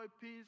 peace